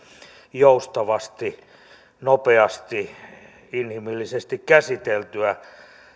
joustavasti nopeasti inhimillisesti käsiteltyä